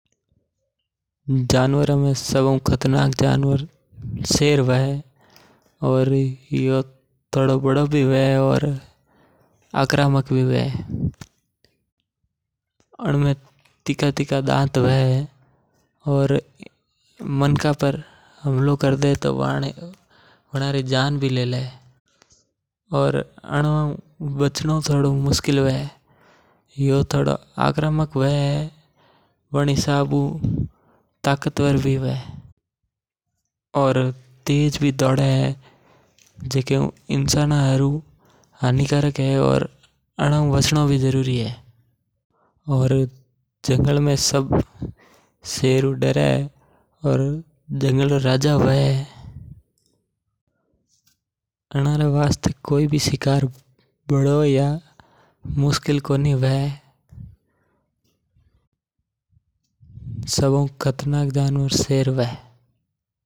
जानवरा में सब मा हू वड़ो जानवर शेर हवे ऊ सब मा हू वड़ो भी हवे और आक्रमक भी हवे और ऊ सब मा हू खतरनाक भी हवे। आनमे तीखा-तीखा दांत हवे बना हू मनका पर हमलो भी करी लावे। मनका री जान भी लेई लेवे शेर जंगल रो राजा हवे सब जानवर शेर हू डरे।